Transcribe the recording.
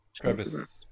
Crevice